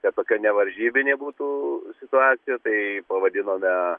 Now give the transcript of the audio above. kad tokia nevaržybinė būtų situacija tai pavadinome